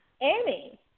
Amy